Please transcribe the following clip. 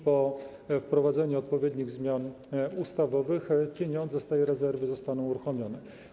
Po wprowadzeniu odpowiednich zmian ustawowych pieniądze z tej rezerwy zostaną uruchomione.